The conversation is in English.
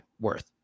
worth